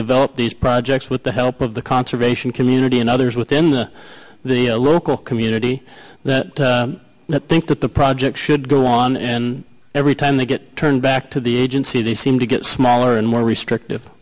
develop these projects with the help of the conservation community and others within the local community that think that the project should go on and every time they get turned back to the agency they seem to get smaller and more restrictive